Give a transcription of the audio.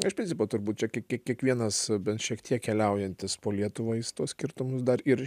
iš principo turbūt čia kie kie kiekvienas bent šiek tiek keliaujantis po lietuvą jis tuos skirtumus dar ir